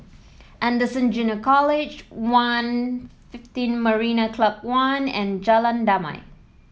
Anderson Junior College One Fifteen Marina Club One and Jalan Damai